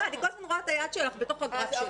אני כל הזמן רואה את היד שלך בתוך הגרף שלי.